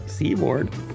Seaboard